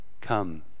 come